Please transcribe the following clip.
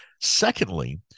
Secondly